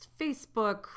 Facebook